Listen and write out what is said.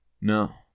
no